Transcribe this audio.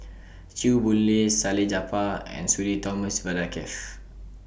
Chew Boon Lay Salleh Japar and Sudhir Thomas Vadaketh